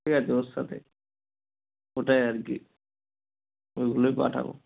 ঠিক আছে ওর সাথে ওটাই আর কি ওইগুলোই পাঠাবো